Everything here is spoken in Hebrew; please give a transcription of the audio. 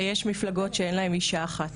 ויש מפלגות שאין להן אישה אחת.